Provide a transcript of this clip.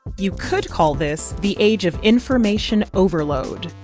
you could call this the age of information overload,